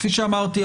כפי שאמרתי,